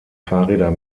fahrräder